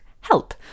Help